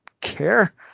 care